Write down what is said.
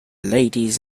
ladies